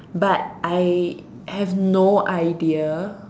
but I have no idea